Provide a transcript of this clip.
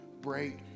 break